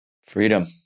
Freedom